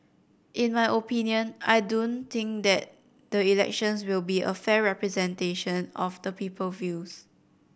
in my opinion I don't think that the elections will be a fair representation of the people views